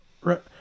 right